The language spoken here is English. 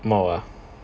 உமாவா:umavaa